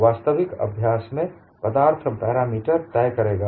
वास्तविक अभ्यास में पदार्थ पैरामीटर तय करेगा